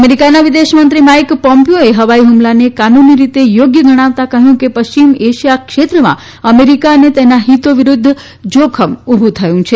અમેરીકાના વિદેશ મંત્રી માઇક પોમ્પીઓએ હવાઇ હુમલાને કાનૂની રીતે યોગ્ય ગણાવતા કહયું કે પશ્ચિમ એશિયા ક્ષેત્રમાં અમેરીકા અને તેના હિતો વિરૂધ્ધ જોખમ ઉભુ થયું છે